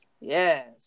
Yes